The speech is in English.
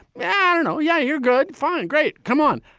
yeah and and oh, yeah. you're good. fine. great. come on.